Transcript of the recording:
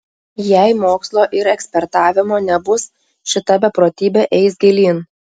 jei mokslo ir ekspertavimo nebus šita beprotybė eis gilyn